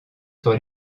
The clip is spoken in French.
sur